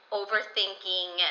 overthinking